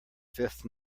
fifth